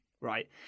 right